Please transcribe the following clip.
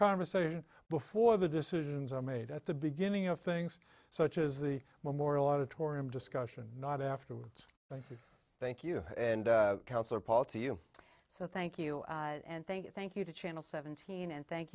conversation before the decisions are made at the beginning of things such as the memorial auditorium discussion not afterwards thank you thank you and counselor party you so thank you and thank you thank you to channel seventeen and thank